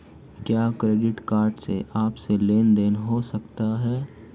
क्या credit card से आपसी लेनदेन हो सकता है?